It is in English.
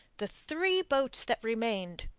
the three boats that remained,